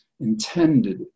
intended